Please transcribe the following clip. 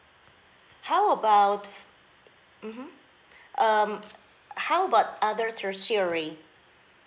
how about mmhmm ) how about other tertiary